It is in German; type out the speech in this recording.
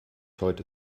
heute